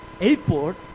airport